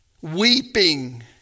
weeping